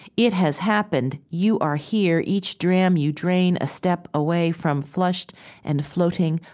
it has happened you are here each dram you drain a step away from flushed and floating,